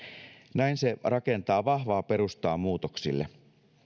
näin se rakentaa vahvaa perustaa muutoksille